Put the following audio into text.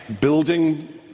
building